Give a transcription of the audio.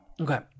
okay